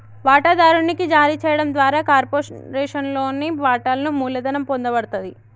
వాటాదారునికి జారీ చేయడం ద్వారా కార్పొరేషన్లోని వాటాలను మూలధనం పొందబడతది